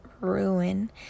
ruin